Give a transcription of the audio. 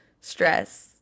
stress